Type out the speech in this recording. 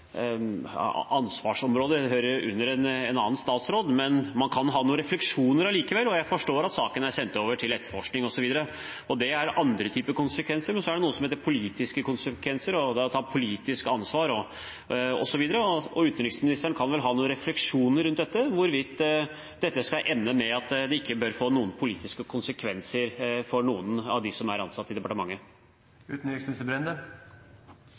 ansvarsområde – det hører under en annen statsråd – men man kan ha noen refleksjoner allikevel. Og jeg forstår at saken er sendt over til etterforskning, osv. Det er noen typer konsekvenser, men så er det noe som heter politiske konsekvenser og å ta politisk ansvar, osv. Utenriksministeren kan vel ha noen refleksjoner rundt dette – hvorvidt dette skal ende med at det ikke behøver å få noen politiske konsekvenser for noen av dem som er ansatt i